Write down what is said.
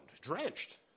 drenched